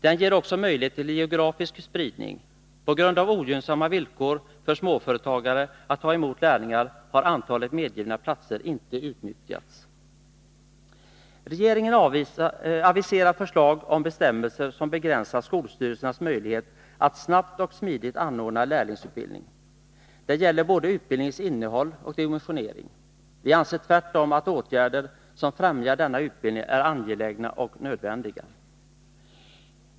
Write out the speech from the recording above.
Den ger också möjlighet till geografisk spridning. På grund av ogynnsamma villkor för småföretagare när det gäller att ta emot lärlingar har antalet medgivna platser inte utnyttjats. Regeringen aviserar förslag om bestämmelser som begränsar skolstyrelsernas möjligheter att snabbt och smidigt anordna lärlingsutbildning. Det gäller både utbildningens innehåll och dess dimensionering. Vi anser tvärtom att åtgärder som främjar denna utbildning är angelägna och nödvändiga.